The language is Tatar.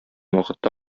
вакытта